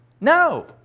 No